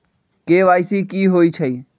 KYC कि होई छई?